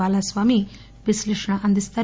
బాలస్వామి విశ్లేషణ అందిస్తారు